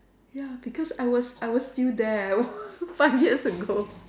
ya because I was I was still there five years ago